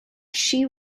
she